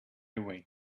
away